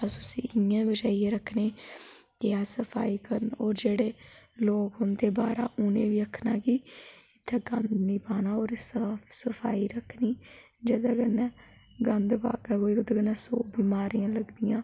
अस उसी इयां बी बचाई रक्खने के अस सफाई करचै और जेहडे़ लोग होंदै बाहरा उंहेगी बी आक्खना कि इत्थे गंद नेई पाना और साफ सफाई रक्खनी जेहदे कन्नै गंद पादां ओहदे कन्नै सौ विमारियां लगदियां